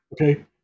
Okay